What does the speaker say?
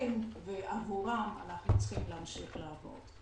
ועבורם אנחנו צריכים להמשיך לעבוד.